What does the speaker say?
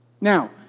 Now